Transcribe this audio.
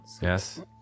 Yes